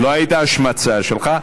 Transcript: בוודאי ובוודאי לא הייתה השמצה שלך.